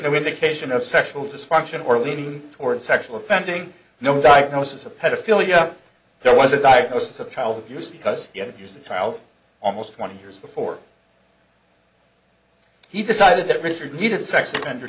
no indication of sexual dysfunction or leaning toward sexual offending no diagnosis of pedophilia there was a diagnosis of child abuse because the abuse of the child on most twenty years before he decided that richard needed sex offender